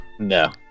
No